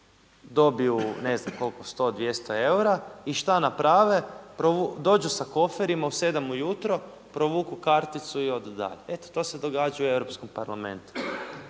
dobiju ne znam koliko 100, 200 eura. I šta naprave? Dođu sa koferima u 7 ujutro, provuku karticu i odu dalje. Eto to se događa u Europskom parlamentu.